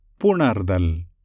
punardal